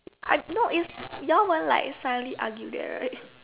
I no is you all won't like suddenly argue there right